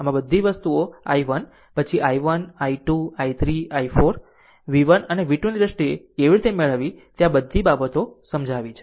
આમ આ બધી વસ્તુઓ i1 પછી i1 i2 i3 i4 v1 અને v2 ની દ્રષ્ટિએ કેવી રીતે મેળવવી તે આ બધી બાબતો સમજાવી છે